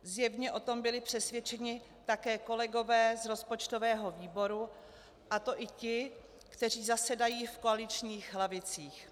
Zjevně o tom byli přesvědčeni také kolegové z rozpočtového výboru, a to i ti, kteří zasedají v koaličních lavicích.